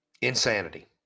insanity